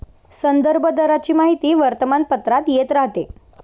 संदर्भ दराची माहिती वर्तमानपत्रात येत राहते